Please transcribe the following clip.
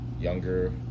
younger